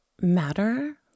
matter